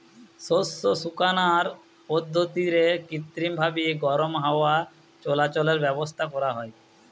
শস্য শুকানার পদ্ধতিরে কৃত্রিমভাবি গরম হাওয়া চলাচলের ব্যাবস্থা করা হয়